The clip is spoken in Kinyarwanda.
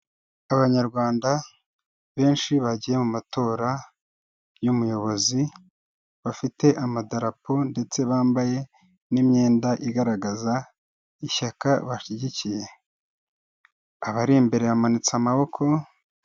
Abanyarwanda benshi bagiye mu matora y'umuyobozi, bafite amadarapo ndetse bambaye n'imyenda igaragaza ishyaka bashyigikiye, abari imbere bamanitse amaboko.